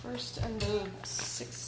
first six